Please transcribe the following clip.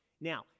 Now